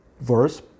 verse